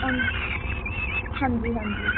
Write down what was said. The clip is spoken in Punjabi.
ਹਾ ਹਾਂਜੀ ਹਾਂਜੀ